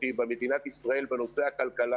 גם על הפעימה הזאת לא